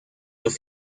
los